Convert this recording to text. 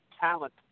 talent